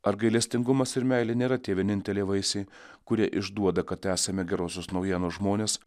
ar gailestingumas ir meilė nėra tie vieninteliai vaisiai kurie išduoda kad esame gerosios naujienos žmonės